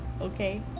okay